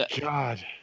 God